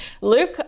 luke